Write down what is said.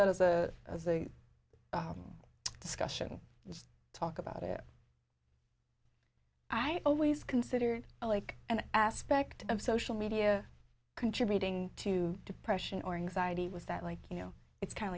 that as a discussion and talk about it i always considered like an aspect of social media contributing to depression or anxiety was that like you know it's kind